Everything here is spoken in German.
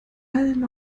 allen